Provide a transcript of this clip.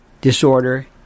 disorder